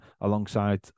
alongside